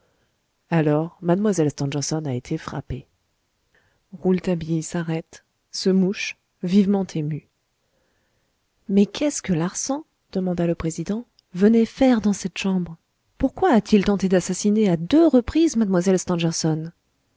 alors mlle stangerson a été frappée rouletabille s'arrête se mouche vivement ému mais qu'est-ce que larsan demanda le président venait faire dans cette chambre pourquoi a-t-il tenté d'assassiner à deux reprises mlle stangerson